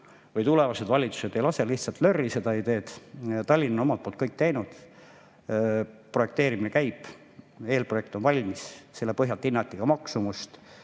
ka tulevased valitsused ei lase lihtsalt lörri seda ideed. Tallinn on omalt poolt kõik teinud, projekteerimine käib, eelprojekt on valmis. Selle põhjal hinnati ka maksumust.